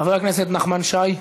חבר הכנסת נחמן שי,